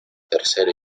tercero